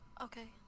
Okay